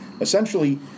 Essentially